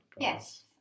yes